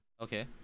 okay